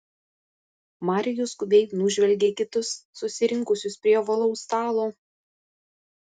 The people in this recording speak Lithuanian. marijus skubiai nužvelgė kitus susirinkusius prie ovalaus stalo